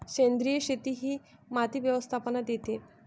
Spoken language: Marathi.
सेंद्रिय शेती ही माती व्यवस्थापनात येते